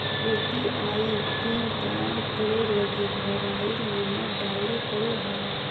UPI pin तैयार करे लगी मोबाइल नंबर डाले पड़ो हय